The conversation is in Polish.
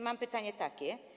Mam pytanie takie.